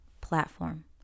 platform